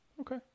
Okay